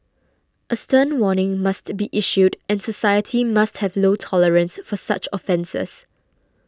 a stern warning must be issued and society must have low tolerance for such offences